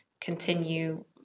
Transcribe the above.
continue